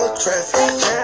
traffic